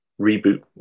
reboot